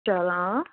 چَلان